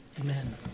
Amen